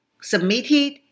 submitted